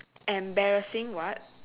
embarrassing what